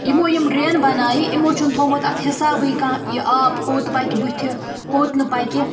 یِمو یِم ڈرٛین بَنایہِ یِمو چھُنہٕ تھوٚمُت اَتھ حِسابٕے کانٛہہ یہِ آب کوٚت پَکہِ بٕتھِ کوٚت نہٕ پَکہِ